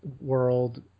world